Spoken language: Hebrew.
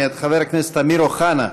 מאת חבר הכנסת אמיר אוחנה.